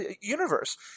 universe